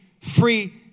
free